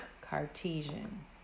Cartesian